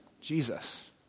Jesus